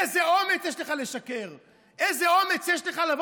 איזה אומץ יש לך לשקר?